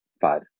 five